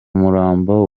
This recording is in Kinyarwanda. murambo